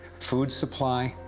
food supply,